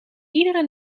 iedere